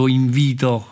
invito